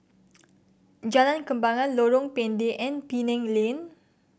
Jalan Kembangan Lorong Pendek and Penang Lane